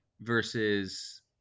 versus